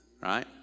right